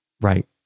right